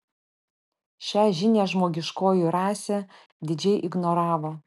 šią žinią žmogiškoji rasė didžiai ignoravo